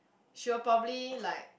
she will probably like